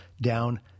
down